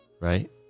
right